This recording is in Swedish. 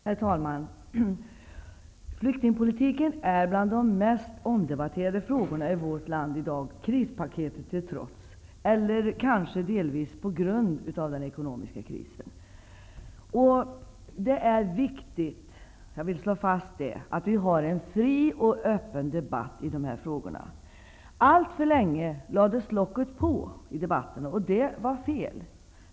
Herr talman! Flyktingpolitiken är bland de mest omdebatterade frågorna i vårt land i dag --- krispaketen till trots, eller kanske delvis på grund av den ekonomiska krisen. Jag vill slå fast att det är viktigt att vi har en fri och öppen debatt i dessa frågor. Alltför länge lades locket på i debatten. Det var fel.